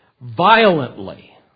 violently